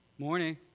morning